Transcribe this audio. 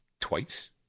twice